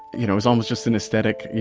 you know it was almost just an aesthetic,